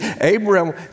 Abraham